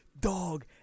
dog